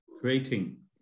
creating